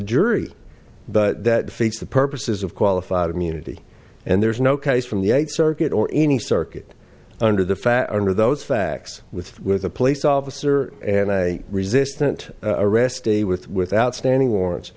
jury but that defeats the purposes of qualified immunity and there is no case from the eighth circuit or any circuit under the fat under those facts with the police officer and i resistant arrestee with with outstanding warrants